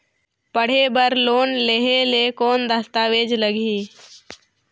पढ़े बर लोन लहे ले कौन दस्तावेज लगही?